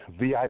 VIP